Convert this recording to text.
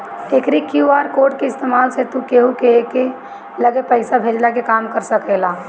एकरी QR code के इस्तेमाल से तू केहू के लगे पईसा भेजला के काम कर सकेला